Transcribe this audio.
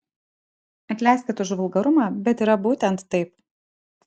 atleiskit už vulgarumą bet yra būtent taip